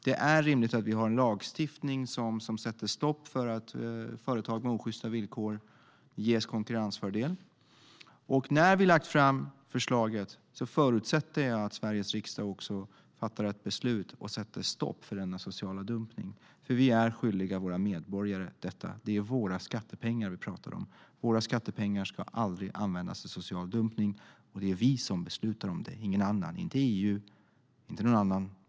Det är rimligt att vi har en lagstiftning som sätter stopp för att företag med osjysta villkor ges konkurrensfördel. När vi lagt fram förslaget förutsätter jag att Sveriges riksdag fattar ett beslut och sätter stopp för denna sociala dumpning, för vi är skyldiga våra medborgare detta. Det är våra skattepengar vi pratar om. Våra skattepengar ska aldrig användas till social dumpning. Och det är vi som beslutar om det, inte EU eller någon annan.